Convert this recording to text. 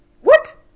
What